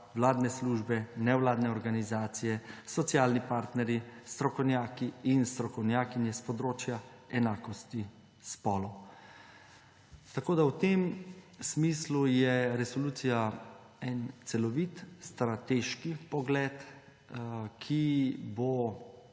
vladne službe, nevladne organizacije, socialni partnerji, strokovnjaki in strokovnjakinje s področja enakosti spolov. V tem smislu je resolucija en celovit strateški pogled, ki bo